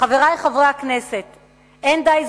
חברי כנסת נכבדים,